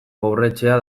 pobretzea